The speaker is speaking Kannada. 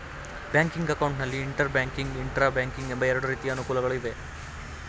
ಬ್ಯಾಂಕಿಂಗ್ ಅಕೌಂಟ್ ನಲ್ಲಿ ಇಂಟರ್ ಬ್ಯಾಂಕಿಂಗ್, ಇಂಟ್ರಾ ಬ್ಯಾಂಕಿಂಗ್ ಎಂಬ ಎರಡು ರೀತಿಯ ಅನುಕೂಲಗಳು ಇವೆ